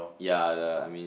ya the I mean